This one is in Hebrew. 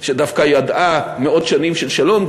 שדווקא ידעה מאות שנים של שלום,